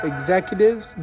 executives